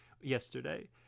yesterday